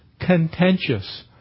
Contentious